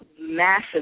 massive